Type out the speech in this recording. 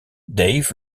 dave